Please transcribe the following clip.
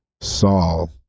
Saul